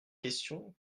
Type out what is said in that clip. questions